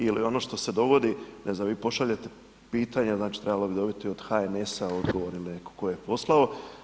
Ili ono što se dogodi, ne znam vi pošaljete pitanje, znači trebali bi dobiti od HNS-a odgovor ili netko tko je poslao.